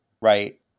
right